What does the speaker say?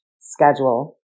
schedule